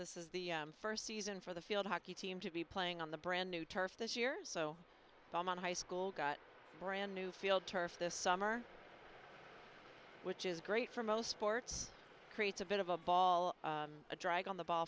this is the first season for the field hockey team to be playing on the brand new turf this year so high school got a brand new field turf this summer which is great for most sports creates a bit of a ball a drag on the ball